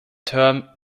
term